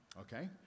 Okay